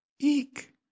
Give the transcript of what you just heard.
Eek